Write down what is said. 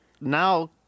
now